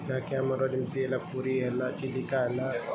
ଯାହାକି ଆମର ଯେମିତି ହେଲା ପୁରୀ ହେଲା ଚିଲିକା ହେଲା ଏବଂ